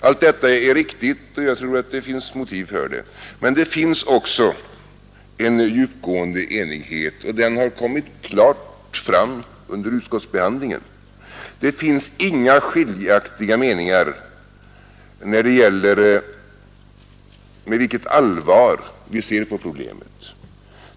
Allt detta är riktigt, och jag tror att det finns motiv för det. Men det finns också en djupgående enighet, och den har kommit klart fram under utskottsbehandlingen. Det finns inga skiljaktiga meningar om med vilket allvar vi ser på problemet.